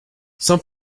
some